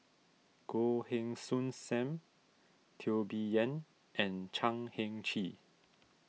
Goh Heng Soon Sam Teo Bee Yen and Chan Heng Chee